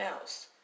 else